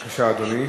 בבקשה, אדוני.